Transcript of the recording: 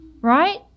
right